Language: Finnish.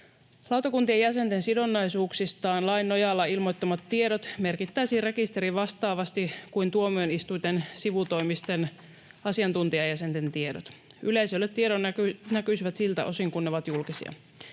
Lautakuntien jäsenten sidonnaisuuksistaan lain nojalla ilmoittamat tiedot merkittäisiin rekisteriin vastaavasti kuin tuomioistuinten sivutoimisten asiantuntijajäsenten tiedot. Yleisölle tiedot näkyisivät siltä osin kuin ne ovat julkisia.